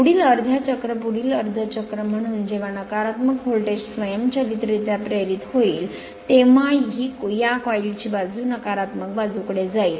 पुढील अर्ध्या चक्र पुढील अर्ध चक्र म्हणून जेव्हा नकारात्मक व्होल्टेज स्वयंचलितरित्या प्रेरित होईल तेव्हा या गुंडाळी ची बाजू नकारात्मक बाजूकडे जाईल